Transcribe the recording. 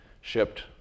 shipped